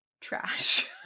trash